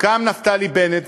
קם נפתלי בנט,